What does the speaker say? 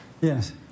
Yes